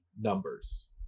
numbers